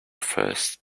first